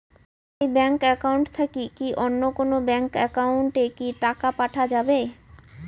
এই bank account থাকি কি অন্য কোনো ব্যাংক একাউন্ট এ কি টাকা পাঠা যাবে?